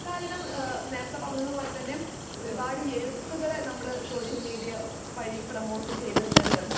കാരണം നേരത്തെ പറഞ്ഞത് പോലെ തന്നെ ഒരുപാട് എഴുത്തുകളെ നമ്മൾ സോഷ്യൽ മീഡിയ വഴി പ്രമോട്ട് ചെയ്തിട്ടുണ്ട്